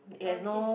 okay